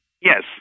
Yes